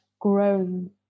grown